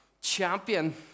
champion